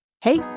Hey